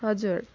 हजुर